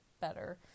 better